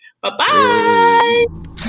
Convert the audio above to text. Bye-bye